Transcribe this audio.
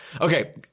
Okay